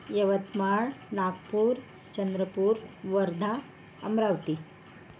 Yavatmal Nagpur Chandrapur Wardha Amravati